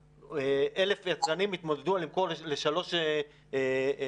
למחלבות?! 1,000 יצרנים יתמודדו על מכירה לשלוש מחלבות